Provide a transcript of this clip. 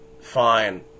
Fine